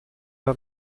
der